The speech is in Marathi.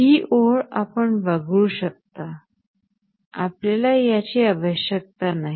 ही ओळ आपण वगळू शकता आपल्याला याची आवश्यकता नाही